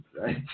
right